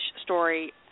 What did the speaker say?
story